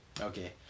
okay